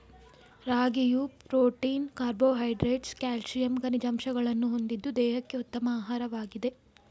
ರಾಗಿಯು protein carbohydrates calcium ಖನಿಜಾಂಶಗಳನ್ನು ಹೊಂದಿದ್ದು ದೇಹಕ್ಕೆ ಉತ್ತಮ ಆಹಾರವಾಗಿದೆ